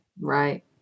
right